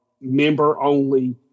member-only